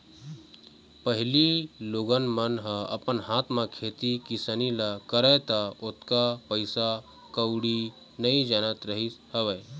पहिली लोगन मन ह अपन हाथ म खेती किसानी ल करय त ओतका पइसा कउड़ी नइ जियानत रहिस हवय